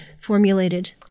formulated